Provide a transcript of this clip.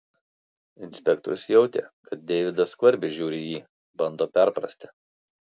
inspektorius jautė kad deividas skvarbiai žiūri į jį bando perprasti